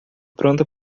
pronta